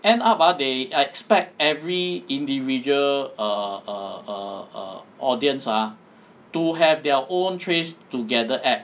end up ah they expect every individual err err err err audience ah to have their own trace together app